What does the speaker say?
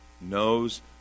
knows